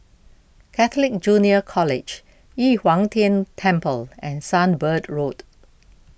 Catholic Junior College Yu Huang Tian Temple and Sunbird Road